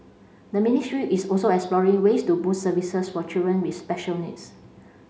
the ministry is also exploring ways to boost services for children with special needs